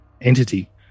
entity